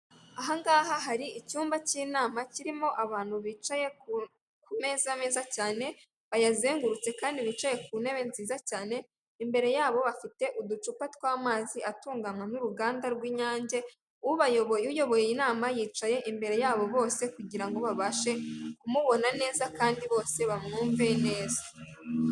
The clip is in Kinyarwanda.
Ahangaha hari icyumba cy'inama kirimo abantu bicaye ku meza meza cyane bayazengurutse kandi bicaye ku ntebe nziza cyane ,imbere yabo bafite uducupa twamazi atunganywa n'uruganda rw'inyange ubayoboye ,uyoboye iyi nama yicaye imbere yabo bose kugirango babashe kumubona neza kandi bose bamwumve neza .